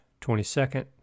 22nd